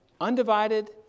undivided